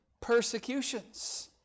persecutions